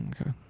Okay